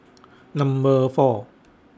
Number four